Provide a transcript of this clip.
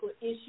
issue